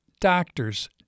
doctors